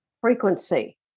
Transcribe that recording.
frequency